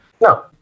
No